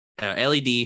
LED